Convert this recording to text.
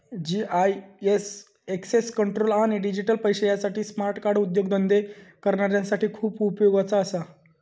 GIS access control आणि digital पैशे यासाठी स्मार्ट कार्ड उद्योगधंदे करणाऱ्यांसाठी खूप उपयोगाचा असा